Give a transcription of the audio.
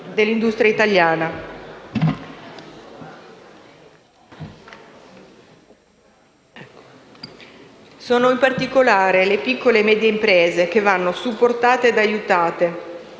dell'industria italiana. Sono in particolare le piccole e medie imprese che vanno supportate ed aiutate